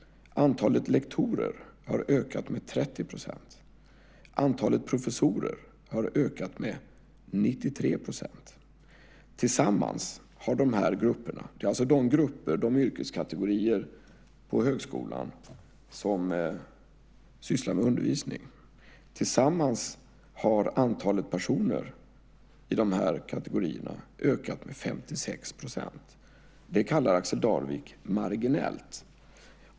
Antalet lektorer har ökat med 30 %. Antalet professorer har ökat med 93 %. Detta är alltså de yrkeskategorier på högskolan som sysslar med undervisning. Tillsammans har antalet personer i de kategorierna ökat med 56 %. Det kallar Axel Darvik marginellt.